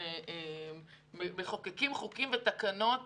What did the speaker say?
מחוקקים חוקים ותקנות